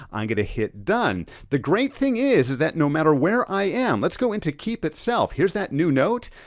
i'm gonna hit done. the great thing is is that no matter where i am, let's go into keep itself. here's that new note.